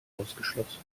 ausgeschlossen